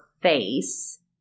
face